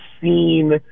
seen